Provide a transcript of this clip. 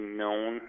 known